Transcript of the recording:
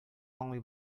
аңлый